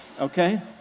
okay